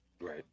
right